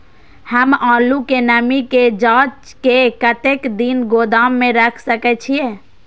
हम आलू के नमी के जाँच के कतेक दिन गोदाम में रख सके छीए?